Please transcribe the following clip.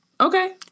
Okay